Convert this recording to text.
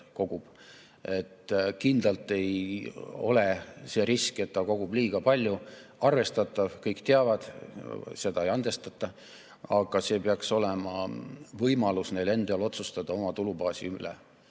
Kindlalt ei ole see risk, et ta kogub liiga palju, arvestatav. Kõik teavad, et seda ei andestata. Aga neil peaks olema võimalus endal otsustada oma tulubaasi üle.